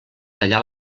tallar